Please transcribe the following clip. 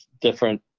different